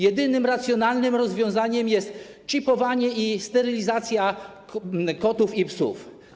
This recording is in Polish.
Jedynym racjonalnym rozwiązaniem jest czipowanie i sterylizacja kotów i psów.